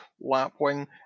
lapwing